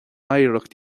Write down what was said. oidhreacht